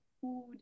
food